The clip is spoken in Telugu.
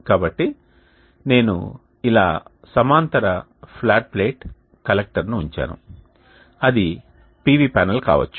కాబట్టి నేను ఇలా సమాంతర ఫ్లాట్ ప్లేట్ కలెక్టర్ను ఉంచాను అది PV ప్యానెల్ కావచ్చు